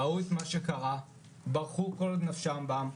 ראו את מה שקרה, ברחו כל עוד נפשם בם.